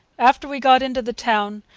after we got into the towne,